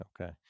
Okay